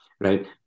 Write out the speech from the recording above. right